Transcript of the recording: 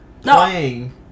playing